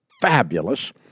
fabulous